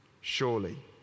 Surely